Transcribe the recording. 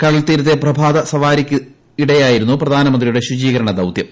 കടൽത്തീരത്തെ പ്രഭാത സവാരിക്കിടെയായിരുന്നു പ്രിധ്ന്ത്രിയുടെ ശുചീകരണദൌത്യം